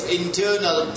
internal